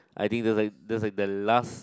I think that's like that's like the last